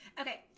Okay